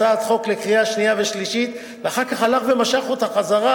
הצעת חוק לקריאה שנייה ושלישית ואחר כך הלך ומשך אותה חזרה,